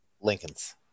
Lincolns